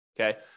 okay